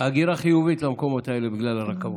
הגירה חיובית למקומות האלה בגלל הרכבות.